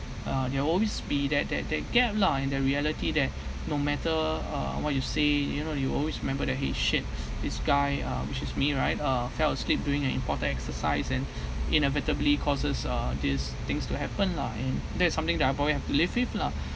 uh there always be that that that gap lah in the reality that no matter uh what you say you know you always remember that eh shit this guy uh which is me right uh fell asleep during an important exercise and inevitably causes uh these things to happen lah and that is something that I probably have to live with lah